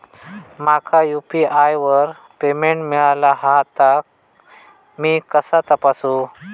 माका यू.पी.आय वर पेमेंट मिळाला हा ता मी कसा तपासू?